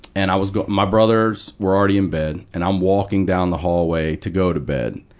and i was go my brothers were already in bed, and i'm walking down the hallway to go to bed,